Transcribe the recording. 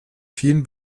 vielen